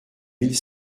mille